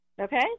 Okay